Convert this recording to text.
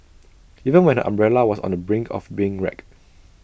even when umbrella was on the brink of being wrecked